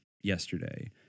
yesterday